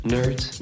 Nerds